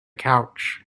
couch